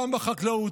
גם בחקלאות,